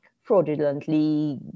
fraudulently